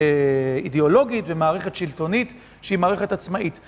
אידאולוגית ומערכת שלטונית שהיא מערכת עצמאית.